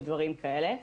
ודברים כאלה.